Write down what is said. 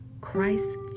Christ